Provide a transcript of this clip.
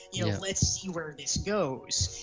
you know let's see where this goes.